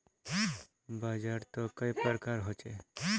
बाजार त कई प्रकार होचे?